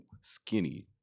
skinny